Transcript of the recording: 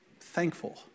Thankful